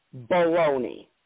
Baloney